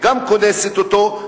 וגם קונסת אותו,